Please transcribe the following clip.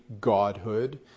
Godhood